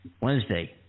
Wednesday